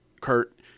Kurt